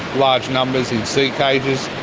large numbers in sea cages,